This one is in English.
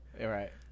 right